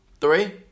Three